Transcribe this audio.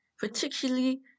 particularly